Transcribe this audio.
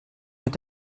mit